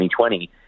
2020